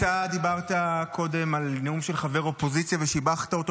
אתה דיברת קודם על נאום של חבר אופוזיציה ושיבחת אותו,